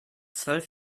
zwölf